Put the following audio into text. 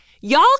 y'all